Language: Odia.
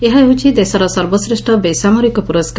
ଏହା ହେଉଛି ଦେଶର ସର୍ବଶ୍ରେଷ୍ଟ ବେସାମରିକ ପୁରସ୍କାର